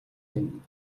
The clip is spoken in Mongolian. минь